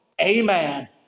Amen